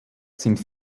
sind